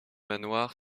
manoir